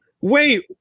Wait